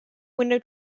window